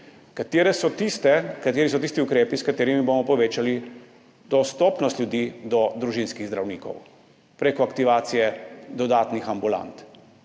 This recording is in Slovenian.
kateri so tisti ukrepi, s katerimi bomo povečali dostopnost ljudi do družinskih zdravnikov preko aktivacije dodatnih ambulant;